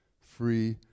free